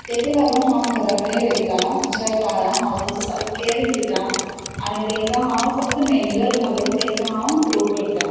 तेका लागून हांव घरा कडेन रोयतां ज्या कारणान हांव तांचें सारकें केर घेतां आनी तेंकां हांव फक्त मेन्युअर घालून तेंकां हांव ग्रो करतां